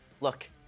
look